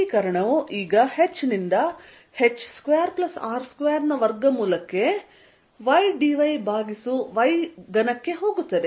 ಏಕೀಕರಣವು ಈಗ h ನಿಂದ h2R2 ನ ವರ್ಗಮೂಲಕ್ಕೆ ydy ಭಾಗಿಸು y3 ಕ್ಕೆ ಹೋಗುತ್ತದೆ